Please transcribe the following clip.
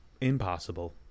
impossible